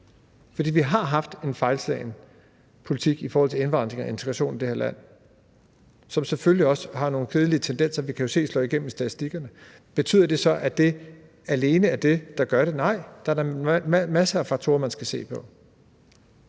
for vi har haft en fejlslagen politik i forhold til indvandring og integration i det her land. Der er selvfølgelig også nogle kedelige tendenser der. Vi kan jo se, at det slår igennem i statistikkerne. Betyder det så, at det alene er det, der gør det? Nej, det er da masser af faktorer, man skal se på.